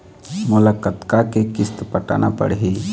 मोला कतका के किस्त पटाना पड़ही?